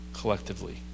collectively